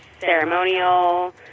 ceremonial